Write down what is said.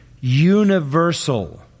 universal